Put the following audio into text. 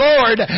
Lord